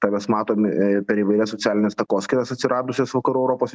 tą mes matom per įvairias socialines takoskyras atsiradusias vakarų europos